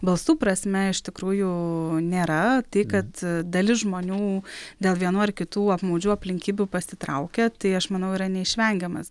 balsų prasme iš tikrųjų nėra tai kad dalis žmonių dėl vienų ar kitų apmaudžių aplinkybių pasitraukia tai aš manau yra neišvengiamas